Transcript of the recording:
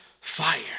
fire